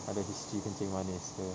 ada history kencing manis they